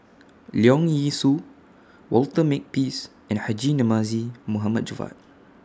Leong Yee Soo Walter Makepeace and Haji Namazie Mohd Javad